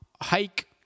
hike